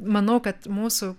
manau kad mūsų